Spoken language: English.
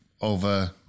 over